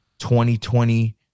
2020